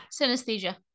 synesthesia